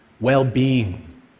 well-being